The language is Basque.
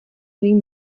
egin